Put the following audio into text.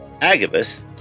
Agabus